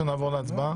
או שנעבור להצבעה?